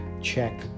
check